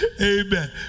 amen